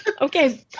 okay